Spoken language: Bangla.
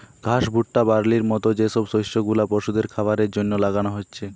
ঘাস, ভুট্টা, বার্লির মত যে সব শস্য গুলা পশুদের খাবারের জন্যে লাগানা হচ্ছে